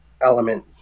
element